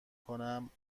کنم